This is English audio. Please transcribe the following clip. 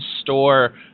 store